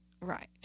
Right